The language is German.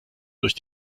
durch